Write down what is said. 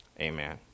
Amen